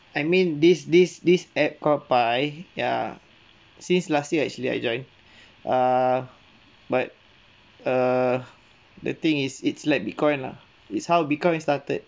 I mean this this this app called Pi ya since last year actually I join err but err the thing is it's like bitcoin lah it's how bitcoin started